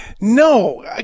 No